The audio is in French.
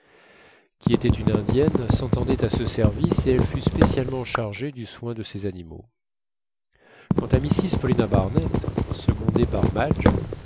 qui était une indienne s'entendait à ce service et elle fut spécialement chargée du soin de ces animaux quant à mrs paulina barnett secondée par madge